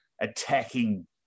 attacking